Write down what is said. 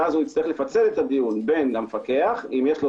ואז יצטרך לפצל את הדיון בין המפקח אם יש לו